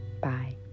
Bye